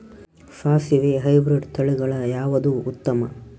ಸಾಸಿವಿ ಹೈಬ್ರಿಡ್ ತಳಿಗಳ ಯಾವದು ಉತ್ತಮ?